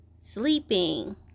sleeping